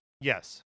Yes